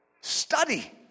Study